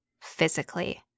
physically